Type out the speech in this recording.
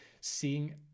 seeing